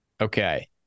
Okay